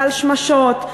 ועל שמשות,